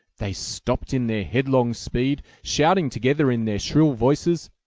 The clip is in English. they stopped in their headlong speed, shouting together in their shrill voices,